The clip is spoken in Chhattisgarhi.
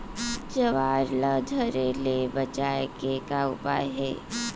ज्वार ला झरे ले बचाए के का उपाय हे?